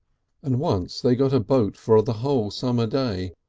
and once they got a boat for the whole summer day,